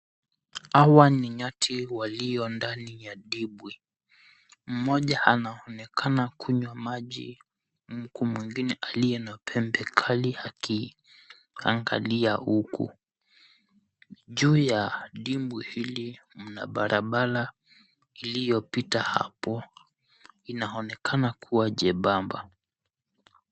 Hawa ni nyati walio ndani ya dimbwi. Mmoja anaonekana kunywa maji huku mwengine aliye na pembe kali akiangalia huku. Juu ya dimbwi hili mna barabara iliyopita hapo. Inaonekana kuwa jembamba.